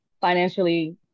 financially